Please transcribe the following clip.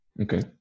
Okay